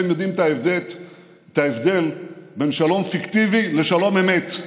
וכנראה שהם יודעים את ההבדל בין שלום פיקטיבי לשלום אמת.